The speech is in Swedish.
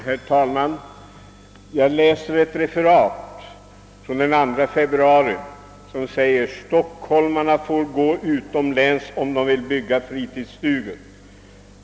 Herr talman! Jag vill citera ett tidningsreferat från den 2 februari där det sägs: »Stockholmarna får gå utomläns om de vill bygga fritidsstugor.